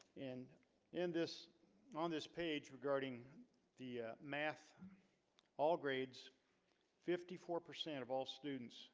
and in this on this page regarding the math all grades fifty four percent of all students